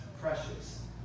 precious